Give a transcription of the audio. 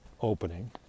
opening